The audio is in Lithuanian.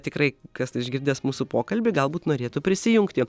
tikrai kas tai išgirdęs mūsų pokalbį galbūt norėtų prisijungti